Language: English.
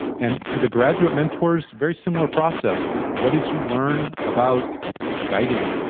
and for the graduate mentors, very similar process, what what did you learn about guiding?